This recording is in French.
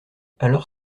alors